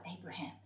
Abraham